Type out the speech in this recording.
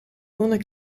konden